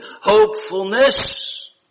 hopefulness